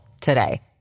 today